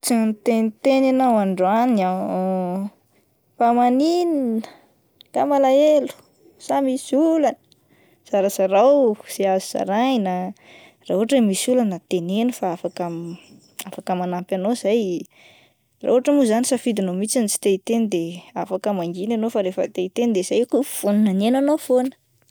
Tsy niteniteny ianao androany ah, fa maninona! Nga malahelo sa misy olana ,zarazarao izay azo zaraina ah, raha ohatra hoe misy olana teneno fa afaka manampy anao izay, raha ohatra mo zany safidinao mihitsy tsy te hiteny de afaka mangina ianao fa rehefa te hiteny de zay koa vonona ny hiaino anao foana.